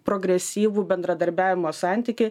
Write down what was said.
progresyvų bendradarbiavimo santykį